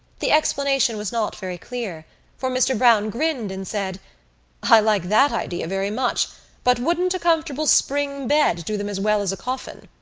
the explanation was not very clear for mr. browne grinned and said i like that idea very much but wouldn't a comfortable spring bed do them as well as a coffin?